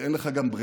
וגם אין לך ברירה,